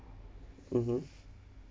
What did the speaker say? mmhmm